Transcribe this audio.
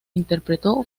interpretó